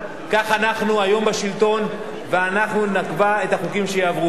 כך אנחנו היום בשלטון ואנחנו נקבע את החוקים שיעברו בו.